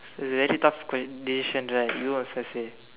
is a very tough ques~ decisions right you also say